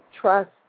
trust